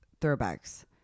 throwbacks